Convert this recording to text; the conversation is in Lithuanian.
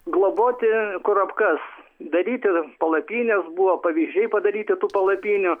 globoti kurapkas daryti palapines buvo pavyzdžiai padaryti tų palapinių